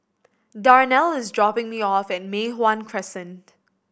Darnell is dropping me off at Mei Hwan Crescent